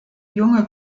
junge